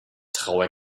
traue